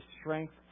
strength